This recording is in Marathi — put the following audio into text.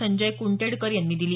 संजय कुंडेटकर यांनी दिली